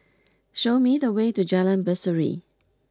show me the way to Jalan Berseri